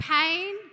pain